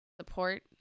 support